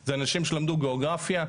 זה אנשים שלמדו גיאוגרפיה,